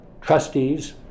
trustees